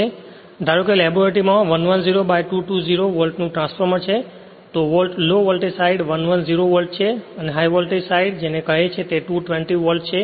ધારો કે લેબોરેટરીમાં 110 by 220 વોલ્ટનું ટ્રાન્સફોર્મર છે તો લો વોલ્ટેજ સાઇડ 110 વોલ્ટ છે અને હાઇ વોલ્ટેજ સાઇડ જેને કહે છે તે 220 વોલ્ટ છે